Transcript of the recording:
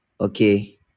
Okay